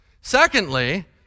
Secondly